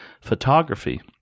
photography